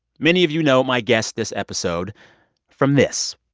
many of you know my guest this episode from this